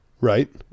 Right